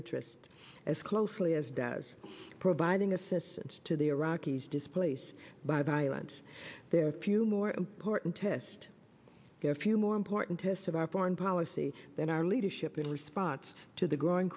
interest as closely as does providing assistance to the iraqis displaced by violence there are a few more important test there are few more important tests of our foreign policy than our leadership in response to the growing